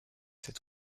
cette